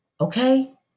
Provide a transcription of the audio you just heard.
Okay